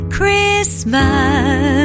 Christmas